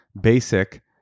basic